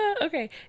Okay